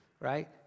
Right